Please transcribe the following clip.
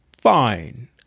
Fine